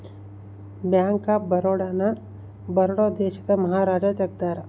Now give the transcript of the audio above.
bank of Baroda ನ ಬರೋಡ ದೇಶದ ಮಹಾರಾಜ ತೆಗ್ದಾರ